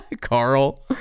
carl